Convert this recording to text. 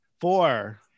Four